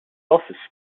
office